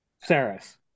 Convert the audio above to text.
Saris